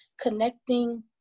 connecting